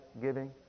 giving